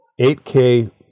8K